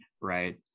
right